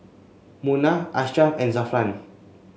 Munah Ashraf and Zafran